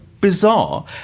bizarre